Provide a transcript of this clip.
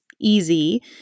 easy